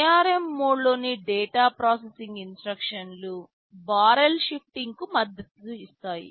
ARM మోడ్లోని data processing ఇన్స్ట్రక్షన్లు barrel షిఫ్టింగ్కి మద్దతు ఇస్తాయి